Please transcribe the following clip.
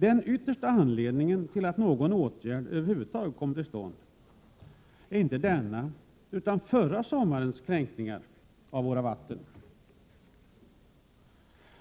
Den yttersta anledningen till att någon åtgärd över huvud taget kommer till stånd är inte de kränkningar som nu förekommer utan förra sommarens kränkningar av våra vatten.